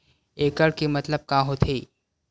एकड़ के मतलब का होथे?